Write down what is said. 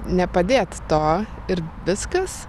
nepadėt to ir viskas